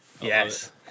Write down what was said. yes